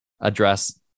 address